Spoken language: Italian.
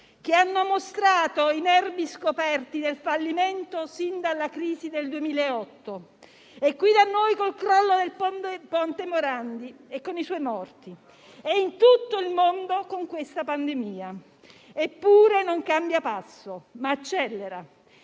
che hanno mostrato i nervi scoperti del fallimento sin dalla crisi del 2008, qui da noi col crollo del ponte Morandi, con i suoi morti, e in tutto il mondo con questa pandemia. Eppure, non cambia passo, ma accelera.